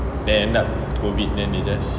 then end up COVID then they just